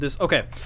Okay